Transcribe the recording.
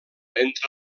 entre